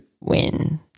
win